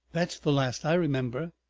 that is the last i remember.